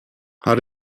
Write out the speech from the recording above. how